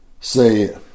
say